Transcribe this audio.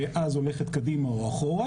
ואז הולכת קדימה או אחורה